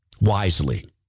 wisely